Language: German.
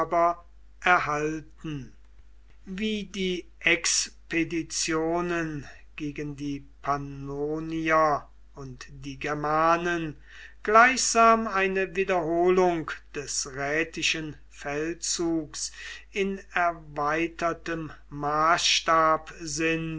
erhalten wie die expeditionen gegen die pannonier und die germanen gleichsam eine wiederholung des rätischen feldzugs in erweitertem maßstab